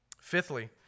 Fifthly